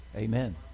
Amen